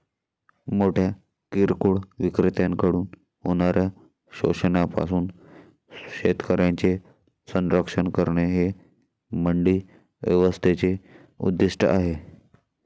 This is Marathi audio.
मोठ्या किरकोळ विक्रेत्यांकडून होणाऱ्या शोषणापासून शेतकऱ्यांचे संरक्षण करणे हे मंडी व्यवस्थेचे उद्दिष्ट आहे